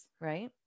right